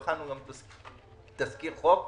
הכנו תזכיר חוק,